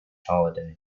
holiday